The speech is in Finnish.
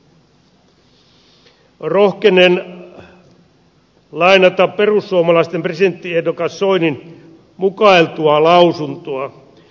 rohkenen lainata perussuomalaisten presidenttiehdokkaan soinin mukailtua lausuntoa